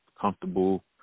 comfortable